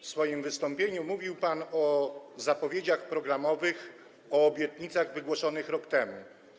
W swoim wystąpieniu mówił pan o zapowiedziach programowych, o obietnicach wygłoszonych rok temu.